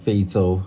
非洲